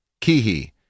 Kihi